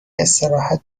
استراحت